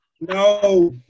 No